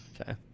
Okay